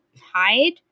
hide